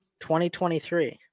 2023